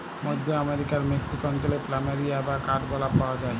মধ্য আমরিকার মেক্সিক অঞ্চলে প্ল্যামেরিয়া বা কাঠগলাপ পাওয়া যায়